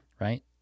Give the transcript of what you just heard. right